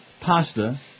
pasta